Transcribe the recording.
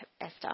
Esther